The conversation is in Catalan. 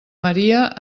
maria